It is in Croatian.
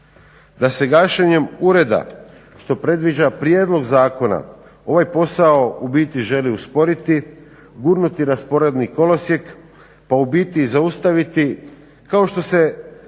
da se gašenjem ureda što predviđa prijedlog zakona ovaj posao u biti želi usporiti, gurnuti na sporedni kolosijek, pa u biti zaustaviti kao što se